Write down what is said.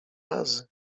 razy